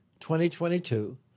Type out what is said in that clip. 2022